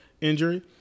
injury